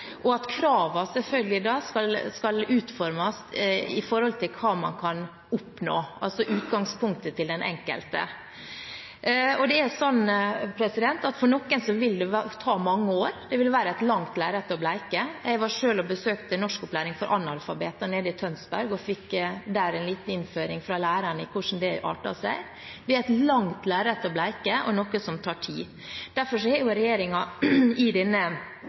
og at kravene selvfølgelig skal utformes i forhold til hva man kan oppnå, altså utgangspunktet til den enkelte. For noen vil det ta mange år, det vil være et langt lerret å bleke. Jeg var selv og besøkte norskopplæring for analfabeter i Tønsberg og fikk der en liten innføring av læreren om hvordan det arter seg. Det er et langt lerret å bleke og noe som tar tid. Derfor har regjeringen i